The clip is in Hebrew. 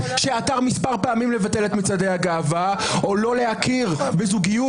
שעתר מספר פעמים לבטל את מצעדי הגאווה או לא להכיר בזוגיות